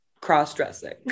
cross-dressing